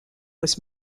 was